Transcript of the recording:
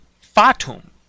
fatum